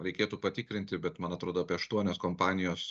reikėtų patikrinti bet man atrodo apie aštuonios kompanijos